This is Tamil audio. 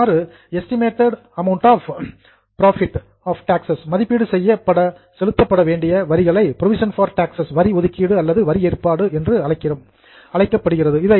அவ்வாறு எஸ்டிமேட் அமௌன்ட் ஆப் டாக்சஸ் மதிப்பீடு செய்யப்பட்ட செலுத்தவேண்டிய வரிகளை புரோவிஷன் பார் டாக்ஸ் வரி ஒதுக்கீடு அல்லது வரி ஏற்பாடு என்று அழைக்கப்படுகிறது